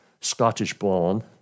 Scottish-born